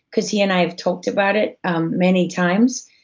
because he and i have talked about it um many times,